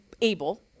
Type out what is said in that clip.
able